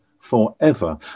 forever